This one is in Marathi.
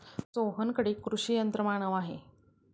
सोहनकडे कृषी यंत्रमानव आहे